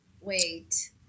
Wait